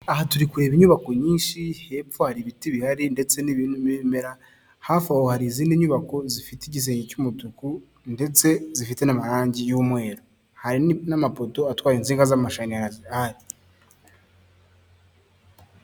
Aha turi kureba inyubako nyinshi hepfo hari ibiti bihari ndetse n'ibimera, hafi aho hari izindi nyubako zifite igisenge cy'umutuku, ndetse zifite n'amarangi y'umweru n'amapoto atwaye insinga z'amashanyarazi ahari.